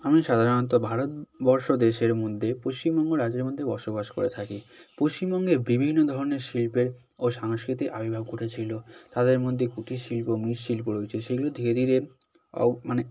আমি সাধারণত ভারতবর্ষ দেশের মধ্যে পশ্চিমবঙ্গ রাজ্যের মধ্যে বসবাস করে থাকি পশ্চিমবঙ্গে বিভিন্ন ধরনের শিল্পের ও সংস্কৃতির আবির্ভাব ঘটেছিল তাদের মধ্যে কুটির শিল্প মৃৎশিল্প রয়েছে সেগুলো ধীরে ধীরে ও মানে